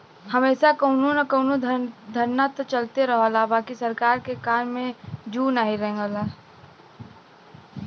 हमेशा कउनो न कउनो धरना त चलते रहला बाकि सरकार के कान में जू नाही रेंगला